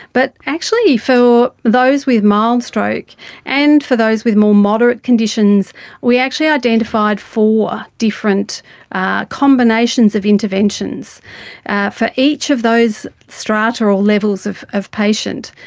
but actually for those with mild stroke and for those with more moderate conditions we actually identified four different combinations of interventions for each of those strata or levels of of patient.